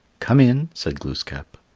come in, said glooskap.